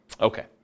Okay